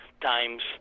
times